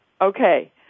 okay